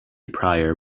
prior